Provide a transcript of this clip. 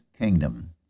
kingdom